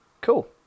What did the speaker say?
Cool